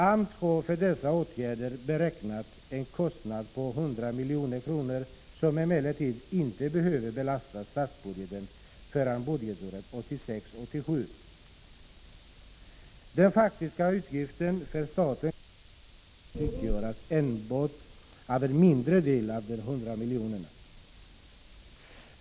AMS har för dessa åtgärder beräknat en kostnad av 100 milj.kr., som dock inte behöver belasta statsbudgeten förrän budgetåret 1986/87. Den faktiska utgiften för staten kommer emellertid att utgöras av enbart en mindre del av de 100 miljonerna.